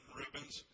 ribbons